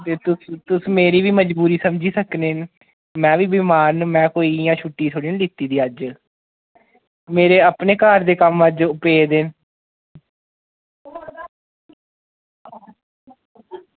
ते तुस तुस मेरी बी मजबूरी समझी सकने में बी बमार न में कोई इ'यां छुट्टी थोह्ड़े ना लैती दी अज्ज मेरे अपने घर दे कम्म अज्ज पेदे न